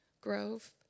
grove